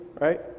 right